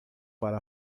para